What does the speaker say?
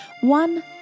one